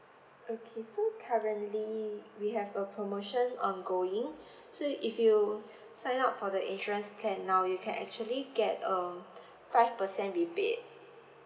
okay so currently we have a promotion ongoing so if you sign up for the insurance plan now you can actually get a five percent rebate